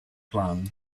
clan